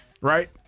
right